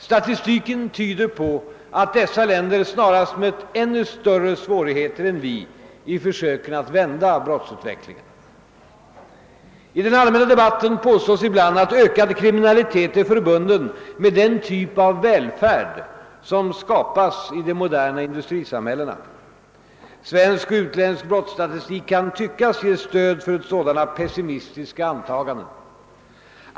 Statistiken tyder på att dessa länder snarast mött ännu större svårigheter än vi i försöken att vända brottsutvecklingen. I den allmänna debatten påstås ibland att ökad kriminalitet är förbunden med den typ av välfärd som skapas i de moderna industrisamhällena. Svensk och utländsk brottsstatistik kan tyckas ge stöd för sådana pessimistiska antaganden.